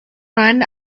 run